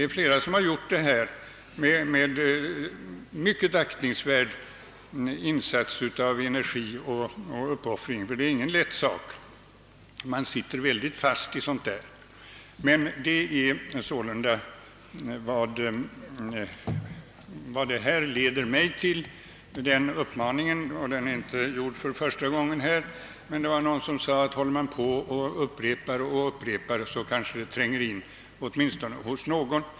Ett flertal ledamöter har redan gjort det — med mycket aktningsvärda insatser av energi och uppoffring, ty det är ingen lätt sak att sluta röka. Denna vana brukar ju vara mycket fast rotad. Jag vill alltså framföra denna uppmaning, och det är inte första gången det sker. Någon har sagt att en sak som upprepas gång på gång kanske tränger igenom åtminstone hos någon.